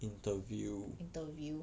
interview